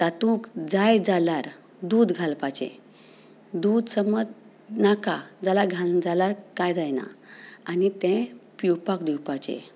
तातूंत जाय जाल्यार दूद घालपाचें दूद समज नाका जाल्यार घालना जाल्यार काय जायना आनी तें पिवपाक दिवपाचें